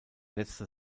letzte